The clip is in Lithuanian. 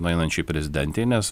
nueinančiai prezidentei nes